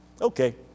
Okay